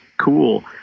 cool